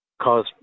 cause